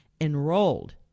enrolled